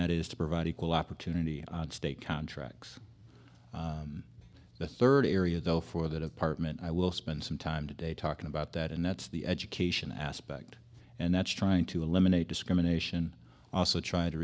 that is to provide equal opportunity state contracts the third area though for that apartment i will spend some time today talking about that and that's the education aspect and that's trying to eliminate discrimination also try to